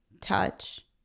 Touch